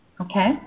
Okay